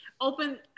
open